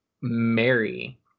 Mary